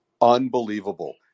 unbelievable